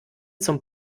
zum